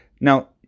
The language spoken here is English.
Now